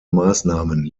maßnahmen